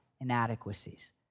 inadequacies